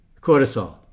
cortisol